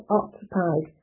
occupied